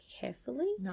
carefully